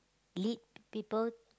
lead people